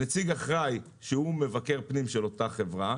נציג אחראי שהוא מבקר פנים של אותה חברה,